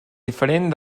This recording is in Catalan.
diferent